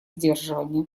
сдерживания